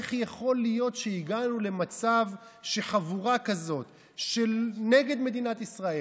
איך יכול להיות שהגענו למצב שחבורה כזאת שנגד מדינת ישראל,